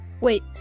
Wait